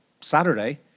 Saturday